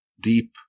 deep